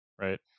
right